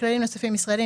בכללים נוספים (ישראליים),